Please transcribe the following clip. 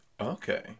Okay